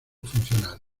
funcionales